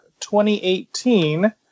2018